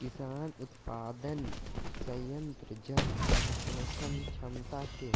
किसान उत्पादन संयंत्र जल अवशोषण क्षमता के